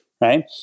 right